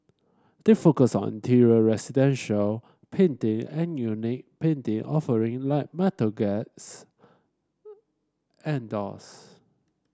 they focus on interior residential painting and unique painting offering like metal gates and doors